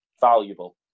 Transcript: valuable